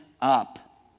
up